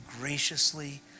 graciously